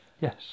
yes